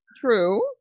True